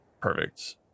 Perfect